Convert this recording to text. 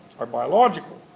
are biological.